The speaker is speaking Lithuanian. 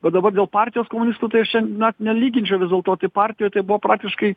bet dabar dėl partijos komunistų tai aš čia net nelyginčiau vis dėlto tai partijoj tai buvo praktiškai